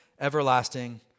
everlasting